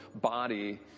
body